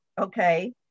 okay